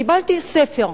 קיבלתי ספר: